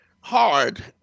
hard